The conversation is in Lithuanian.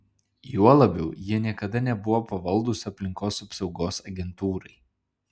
juo labiau jie niekada nebuvo pavaldūs aplinkos apsaugos agentūrai